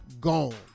gone